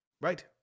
Right